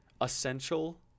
essential